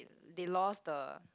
they lost the